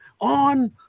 on